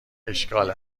اشکال